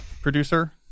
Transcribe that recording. producer